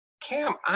Cam